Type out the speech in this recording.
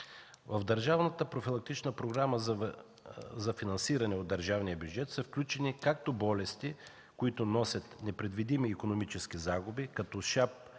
В държавната профилактична програма за финансиране от държавния бюджет са включени както болести, които носят непредвидими икономически загуби – като шап